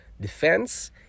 defense